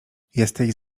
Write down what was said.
jesteś